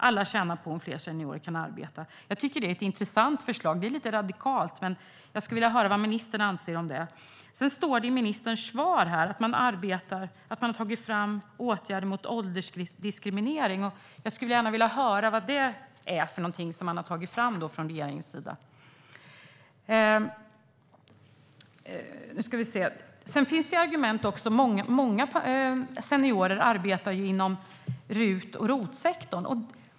Alla tjänar på om fler seniorer kan arbeta. Jag tycker att det är ett intressant och lite radikalt förslag, och jag skulle vilja höra vad ministern anser om det. I ministerns svar står det att man har tagit fram åtgärder mot åldersdiskriminering. Jag skulle gärna vilja höra vad det är för någonting som regeringen har tagit fram. Många seniorer arbetar inom RUT och ROT-sektorn.